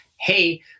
Hey